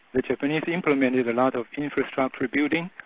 the japanese implemented a lot of infrastructure building,